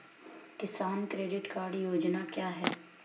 किसान credit card योजना क्या है?